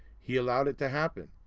he allowed it to happen.